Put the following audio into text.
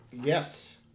Yes